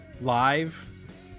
live